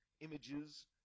images